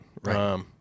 Right